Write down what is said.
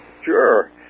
Sure